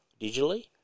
digitally